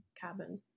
cabin